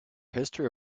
history